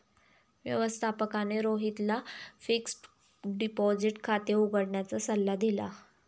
व्यवस्थापकाने रोहितला fixed deposit खाते उघडण्याचा सल्ला दिला